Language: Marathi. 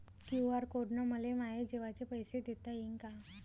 क्यू.आर कोड न मले माये जेवाचे पैसे देता येईन का?